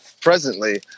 presently